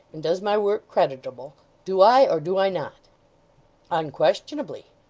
and does my work creditable. do i, or do i not unquestionably.